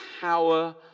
power